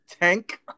Tank